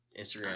Instagram